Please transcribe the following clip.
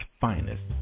finest